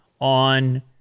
on